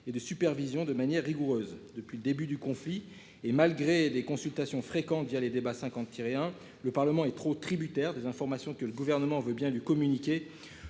et de supervision de manière rigoureuse. Depuis le début du conflit et malgré des consultations fréquentes via les débats 50 tirer hein. Le Parlement est trop tributaire des informations que le gouvernement veut bien du communiqué